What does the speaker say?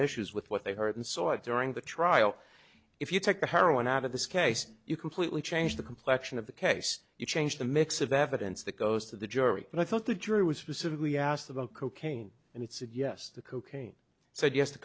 issues with what they heard and saw during the trial if you take the heroin out of this case you completely change the complection of the case you change the mix of evidence that goes to the jury and i thought the jury was specifically asked about cocaine and he said yes the cocaine s